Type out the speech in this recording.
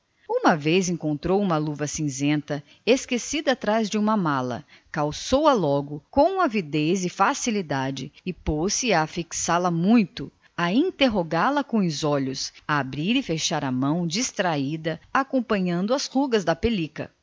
uma vez encontrou uma banda de luva cor de cinza esquecida atrás de uma das malas calçou a logo com avidez e facilidade e pôs-se a fixá-la muito a interrogá la com os olhos abrir e fechar a mão distraída acompanhando as rugas da pelica